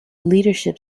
leadership